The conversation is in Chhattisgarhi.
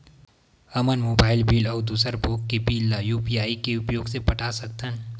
हमन मोबाइल बिल अउ दूसर भोग के बिल ला यू.पी.आई के उपयोग से पटा सकथन